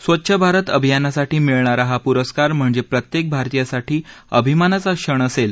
स्वच्छ भारत अभियानासाठी मिळणारा हा पुरस्कार म्हणजे प्रत्येक भारतीयांसाठी अभिमानाचा क्षण असेल